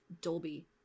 Dolby